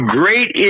great